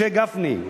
משה גפני,